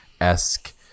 esque